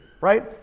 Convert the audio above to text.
right